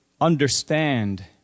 understand